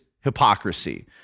hypocrisy